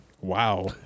Wow